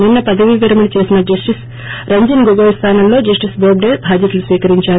నిన్న పదవీ విరమణ చేసిన జస్షిస్ రంజన్ గొగోయ్ స్లానంలో జస్షిస్ బోబ్డే బాధ్యతలు స్వీకరించారు